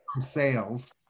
Sales